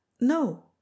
no